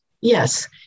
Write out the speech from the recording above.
Yes